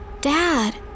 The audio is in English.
Dad